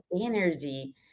energy